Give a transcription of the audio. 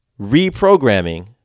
reprogramming